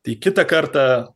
tai kitą kartą